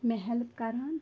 مےٚ ہٮ۪لپ کران